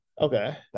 Okay